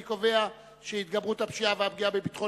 אני קובע שנושא התגברות הפשיעה והפגיעה בביטחון